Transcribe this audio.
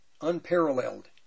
unparalleled